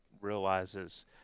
realizes